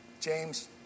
James